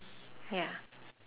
ya